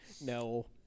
No